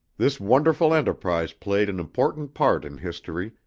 this wonderful enterprise played an important part in history,